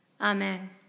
Amen